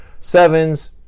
sevens